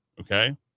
okay